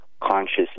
conscious